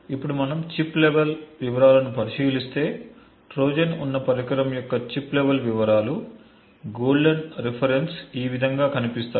ఇప్పుడు మనం chip level వివరాలను పరిశీలిస్తే ట్రోజన్ ఉన్న పరికరం యొక్క చిప్ లెవెల్ వివరాలు గోల్డెన్ రిఫరెన్స్ ఈ విధంగా కనిపిస్తాయి